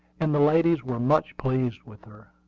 and the ladies were much pleased with her.